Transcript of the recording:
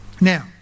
Now